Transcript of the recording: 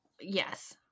Yes